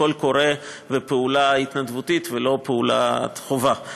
קול קורא ופעולה התנדבותית ולא פעולת חובה.